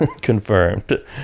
confirmed